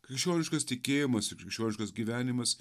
krikščioniškas tikėjimas ir krikščioniškas gyvenimas